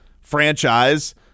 franchise